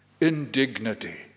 indignity